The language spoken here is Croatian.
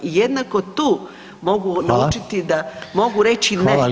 I jednako tu mogu naučiti da mogu reći ne